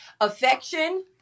affection